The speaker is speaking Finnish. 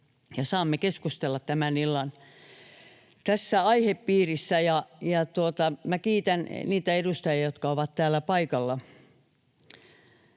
saamme keskustella tämän illan tästä aihepiiristä. Minä kiitän niitä edustajia, jotka ovat täällä paikalla.